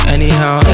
Anyhow